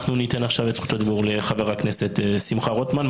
אנחנו ניתן עכשיו את זכות הדיבור לחבר הכנסת שמחה רוטמן.